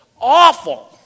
Awful